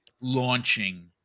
launching